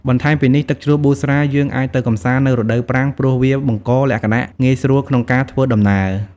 បន្ថែមពីនេះ ទឹកជ្រោះប៊ូស្រា យើងអាចទៅកំសាន្តនៅរដូវប្រាំង ព្រោះវាបង្កលក្ខណៈងាយស្រួលក្នុងការធ្វើដំណើរ។